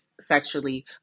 sexually